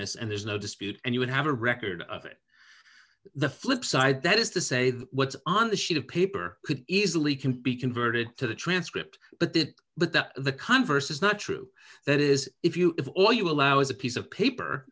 this and there's no dispute and you would have a record of it the flip side that is to say that what's on the sheet of paper could easily can be converted to the transcript but that but that the converse is not true that is if you have all you allow is a piece of paper